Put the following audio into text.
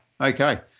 okay